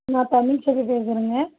நான் தமிழ்செல்வி பேசுகிறேங்க